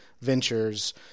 ventures